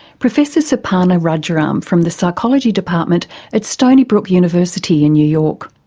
professor suparna rajaram from the psychology department at stonybrook university in new york.